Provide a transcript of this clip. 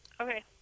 Okay